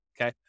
Okay